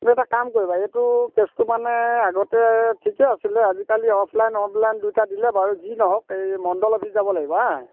তুমি এটা কাম কৰিবা এইটো কেচটো মানে আগতে ঠিকে আছিলে আজিকালি অফলাইন অনলাইন দুইটা দিলে বাৰু যি নহওক এই মণ্ডল অফিছ যাব লাগিব হা